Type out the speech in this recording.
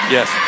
Yes